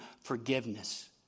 forgiveness